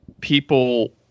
people